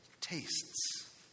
tastes